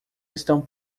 estão